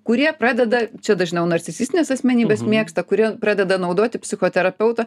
kurie pradeda čia dažniau narcisistinės asmenybės mėgsta kurie pradeda naudoti psichoterapeutą